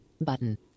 button